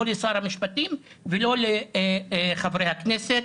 לא לשר המשפטים ולא לחברי הכנסת.